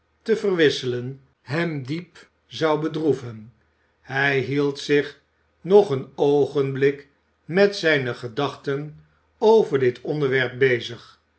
te verwisselen hem diep zou bedroeven hij hield zich nog een oogenblik met zijne gedachten over dit onderwerp bezig